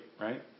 right